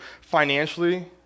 financially